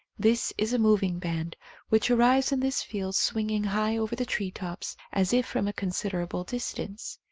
this is a moving band which arrives in this field swinging high over the tree tops as if from a considerable distance.